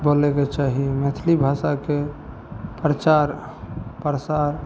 बोलैके चाही मैथिली भाषाके प्रचार प्रसार